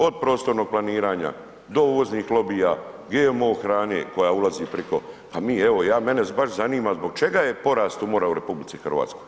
Od prostornog planiranja, do uvoznih lobija, GMO hrane koja ulazi preko, pa mi evo, mene baš zanima zbog čega je porast tumora u RH?